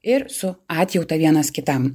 ir su atjauta vienas kitam